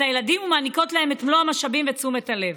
הילדים ומעניקות להם את מלוא המשאבים ותשומת הלב.